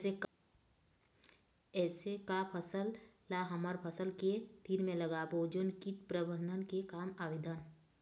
ऐसे का फसल ला हमर फसल के तीर मे लगाबो जोन कीट प्रबंधन के काम आवेदन?